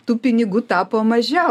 tų pinigų tapo mažiau